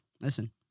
Listen